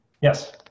Yes